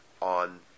on